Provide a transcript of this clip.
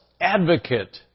advocate